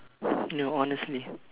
no honestly